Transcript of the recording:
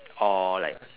or like